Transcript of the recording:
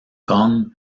kong